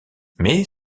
mais